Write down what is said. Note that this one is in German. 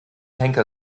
henker